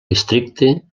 districte